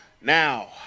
now